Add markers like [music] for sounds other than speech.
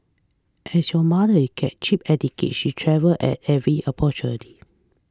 as you mother [unintelligible] get cheap [unintelligible] tickets she travel at every opportunity